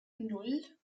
nan